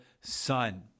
son